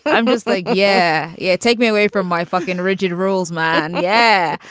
i'm just like, yeah, yeah. take me away from my fucking rigid rules, man. yeah,